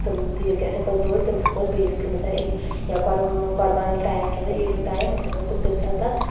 تِم تیٖر گژھن پَتہٕ بٔڑۍ تِم ہٮ۪کو أسۍ بیٚیِس کٔنِتھ یا قۄر قوربان ییٚلہِ ٹایم چھُ آسان عیٖد ہُنٛد ٹایم أسۍ ہٮ۪کو تِم تَمہِ ساتہٕ تَتھ